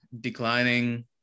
declining